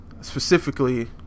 Specifically